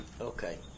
Okay